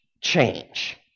change